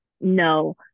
no